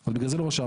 אז בגלל זה לא רשמנו.